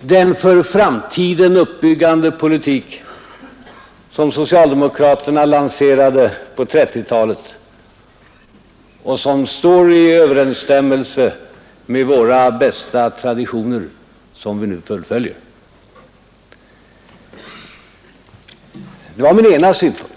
den för framtiden uppbyggande politik som socialdemokraterna lanserade på 1930-talet och som står i överensstämmelse med våra bästa traditioner som vi nu fullföljer. Det var min ena synpunkt.